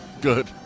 good